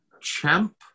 champ